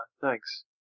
thanks